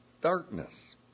darkness